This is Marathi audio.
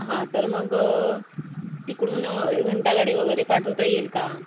हां तर मग तिकडून घंटा गाडी वगैरे पाठवता येईल का